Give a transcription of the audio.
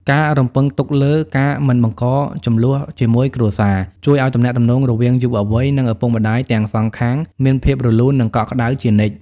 ការរំពឹងទុកលើ "ការមិនបង្កជម្លោះជាមួយគ្រួសារ" ជួយឱ្យទំនាក់ទំនងរវាងយុវវ័យ និងឪពុកម្ដាយទាំងសងខាងមានភាពរលូន និងកក់ក្ដៅជានិច្ច។